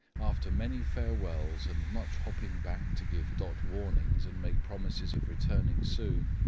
after many farewells, and much hopping back to give dot warnings and make promises of returning soon,